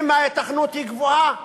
אם ההיתכנות היא גבוהה,